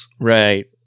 Right